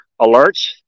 alerts